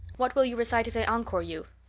what will you recite if they encore you?